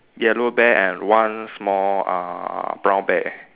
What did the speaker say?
yellow bear and one small uh brown bear